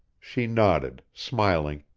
she nodded, smiling,